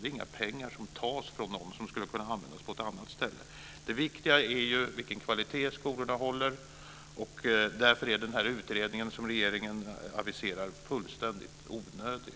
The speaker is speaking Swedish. Det är inga pengar som tas från någon i stället för att hamna på något annat ställe. Det viktiga är vilken kvalitet skolorna håller. Därför är utredningen som regeringen aviserar fullständigt onödig.